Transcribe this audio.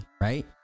right